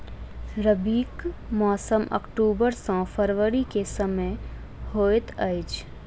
रबीक मौसम अक्टूबर सँ फरबरी क समय होइत अछि